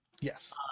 yes